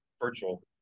virtual